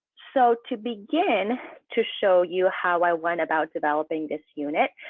so to begin to show you how i went about developing this unit,